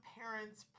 parents